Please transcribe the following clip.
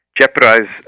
jeopardize